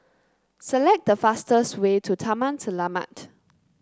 select the fastest way to Taman Selamat